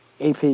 AP